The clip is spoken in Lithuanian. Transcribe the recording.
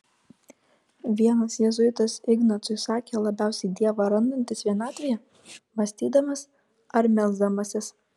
vienas jėzuitas ignacui sakė labiausiai dievą randantis vienatvėje mąstydamas ar melsdamasis